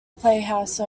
playhouse